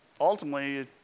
ultimately